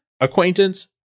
acquaintance